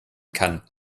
kann